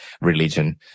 religion